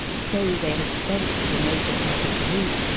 so they had spent the major part of the week,